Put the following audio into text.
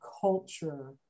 culture